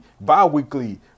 bi-weekly